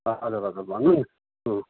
हजुर हजुर भन्नु नि